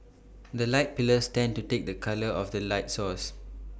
the light pillars tend to take the colour of the light source